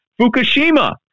Fukushima